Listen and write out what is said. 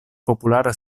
populara